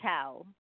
tell